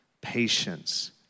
patience